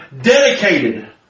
dedicated